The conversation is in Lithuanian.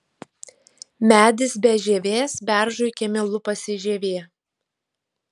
medis be žievės beržui kieme lupasi žievė